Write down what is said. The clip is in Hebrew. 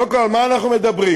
קודם כול, על מה אנחנו מדברים?